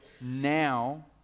now